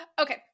Okay